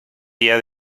día